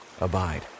Abide